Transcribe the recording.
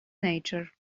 nature